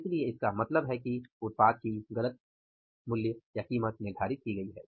इसलिए इसका मतलब है कि उत्पाद की गलत कीमत निर्धारित है